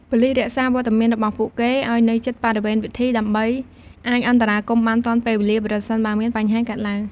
ប៉ូលីសរក្សាវត្តមានរបស់ពួកគេឲ្យនៅជិតបរិវេណពិធី ដើម្បីអាចអន្តរាគមន៍បានទាន់ពេលវេលា ប្រសិនបើមានបញ្ហាកើតឡើង។